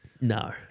No